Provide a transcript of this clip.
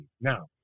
Now